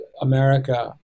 America